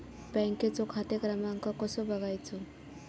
बँकेचो खाते क्रमांक कसो बगायचो?